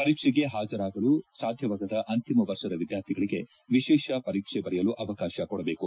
ಪರೀಕ್ಷೆಗೆ ಹಾಜರಾಗಲು ಸಾಧ್ಯವಾಗದ ಅಂತಿಮ ವರ್ಷದ ವಿದ್ಯಾರ್ಥಿಗೆ ವಿಶೇಷ ಪರೀಕ್ಷೆಗಳನ್ನು ಬರೆಯಲು ಅವಕಾಶ ಕೊಡಬೇಕು